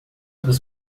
dos